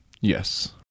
Yes